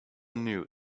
knew